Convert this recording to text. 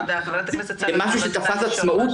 זה משהו שתפס עצמאות,